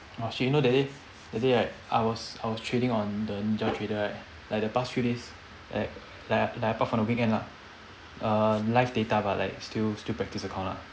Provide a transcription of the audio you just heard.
!wah! shit you know that day that day right I was I was trading on the ninja trader right like the past few days at like like apart from the weekend lah err live data but like still still practise ah